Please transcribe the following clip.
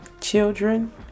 Children